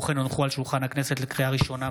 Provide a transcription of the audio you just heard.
מאת חברי הכנסת נעמה לזימי,